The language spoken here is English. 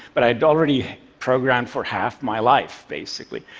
but i had already programmed for half my life, basically.